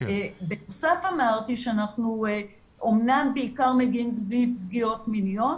בנוסף אמרתי שאמנם מגיעים בעיקר סביב פגיעות מיניות,